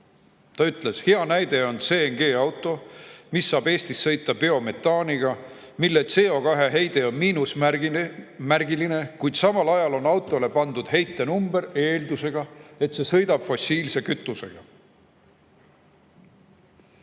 Ta ütles, et hea näide on CG auto, mis saab Eestis sõita biometaaniga, mille CO2-heide on miinusmärgiline, kuid samal ajal on autole [määratud] heitenumber eeldusega, et see sõidab fossiilse kütusega.